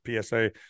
PSA